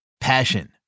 Passion